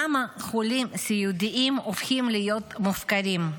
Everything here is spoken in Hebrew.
למה חולים סיעודיים הופכים להיות מופקרים?